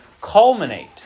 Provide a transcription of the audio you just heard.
culminate